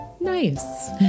Nice